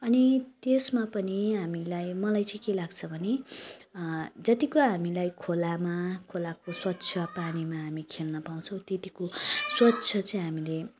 अनि त्यसमा पनि हामीलाई मलाई चाहिँ के लाग्छ भने जतिको हामीलाई खोलामा खोलाको स्वच्छ पानीमा हामी खेल्न पाउँछौँ त्यत्तिको स्वच्छ चाहिँ हामीले